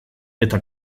eta